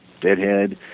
deadhead